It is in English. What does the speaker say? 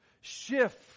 Shift